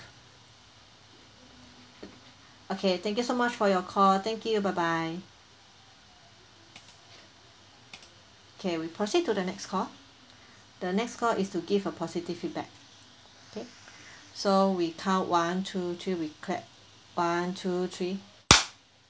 okay thank you so much for your call thank you bye bye okay we proceed to the next call the next call is to give a positive feedback K so we count one two three we clap one two three